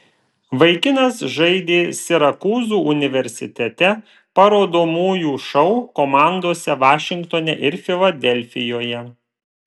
vaikinas žaidė sirakūzų universitete parodomųjų šou komandose vašingtone ir filadelfijoje